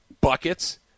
buckets